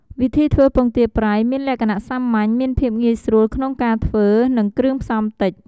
វិធីធ្វើពងទាប្រៃ មានលក្ខណៈសាមញ្ញ មានភាពងាយស្រួលក្នុងការធ្វើ និងគ្រឿងផ្សំតិច។